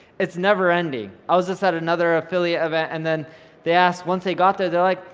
it's never-ending. i was just at another affiliate event, and then they asked, once they got there, they're like,